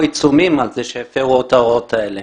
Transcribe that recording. עיצומים על זה שהפרו את ההוראות האלה?